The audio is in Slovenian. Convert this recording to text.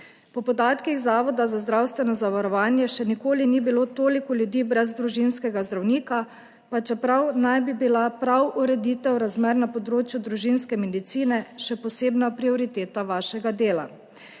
Po podatkih Zavoda za zdravstveno zavarovanje še nikoli ni bilo toliko ljudi brez družinskega zdravnika, pa čeprav naj bi bila prav ureditev razmer na področju družinske medicine še posebna prioriteta vašega dela.